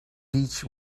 beech